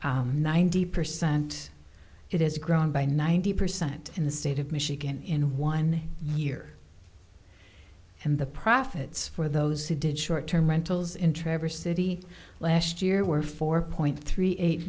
ninety percent it has grown by ninety percent in the state of michigan in one year and the profits for those who did short term rentals in traverse city last year were four point three eight